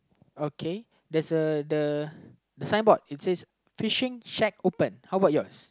okay there's a the the sign board it says fishing shag open how about yours